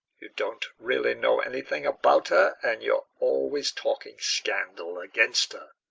you don't really know anything about her, and you're always talking scandal against her.